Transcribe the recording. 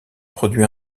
produit